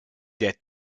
der